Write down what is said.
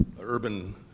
urban